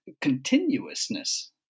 continuousness